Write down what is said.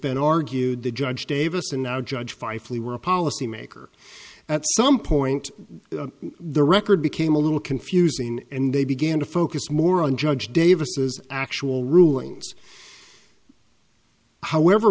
been argued that judge davis and now judge fife lee were a policymaker at some point the record became a little confusing and they began to focus more on judge davis actual rulings however